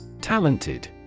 Talented